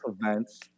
events